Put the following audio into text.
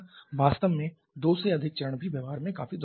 वास्तव में दो से अधिक चरण भी व्यवहार में काफी दुर्लभ हैं